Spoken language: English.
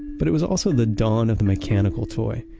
but it was also the dawn of the mechanical toy.